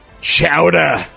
Chowder